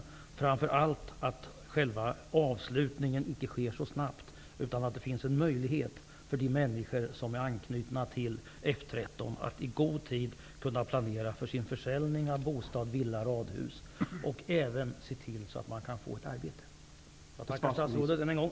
Jag önskar framför allt att själva avvecklingen icke sker så snabbt, utan att det finns en möjlighet för de människor som är knutna till F 13 att i god tid planera för försäljning av bostad, villa eller radhus och att se till att de kan få ett arbete. Jag tackar statsrådet än en gång.